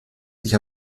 sich